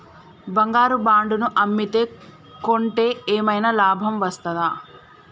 బంగారు బాండు ను అమ్మితే కొంటే ఏమైనా లాభం వస్తదా?